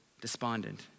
despondent